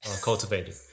cultivated